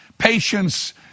Patience